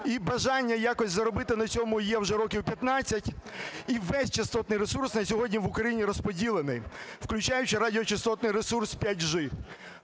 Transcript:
І бажання якось заробити на цьому є вже років 15. І весь частотний ресурс на сьогодні в Україні розподілений, включаючи радіочастотний ресурс 5G.